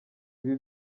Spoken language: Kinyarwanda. ibi